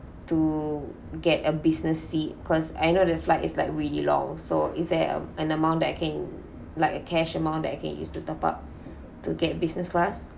to get a business seat cause I know the flight is like really long so is there a an amount that I can like a cash amount that I can use to top up to get business class